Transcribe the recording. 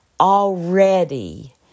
Already